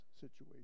situation